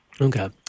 Okay